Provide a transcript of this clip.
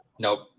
nope